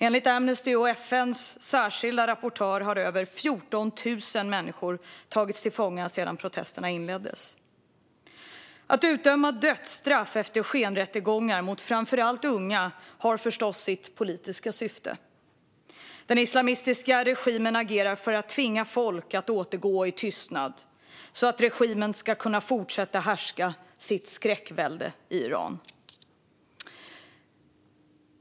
Enligt Amnesty och FN:s särskilda rapportör har över 14 000 människor tagits till fånga sedan protesterna inleddes. Att utdöma dödsstraff efter skenrättegångar mot framför allt unga har förstås sitt politiska syfte. Den islamistiska regimen agerar för att tvinga människor att återgå i tystnad så att regimen ska kunna fortsätta att härska med sitt skräckvälde i Iran.